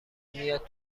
میاد